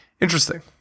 interesting